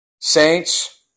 Saints